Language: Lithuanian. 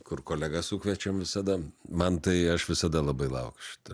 kur kolegas sukviečiam visada man tai aš visada labai laukiu šito